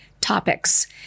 topics